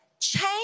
change